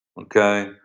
okay